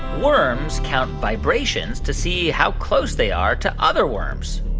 worms count vibrations to see how close they are to other worms?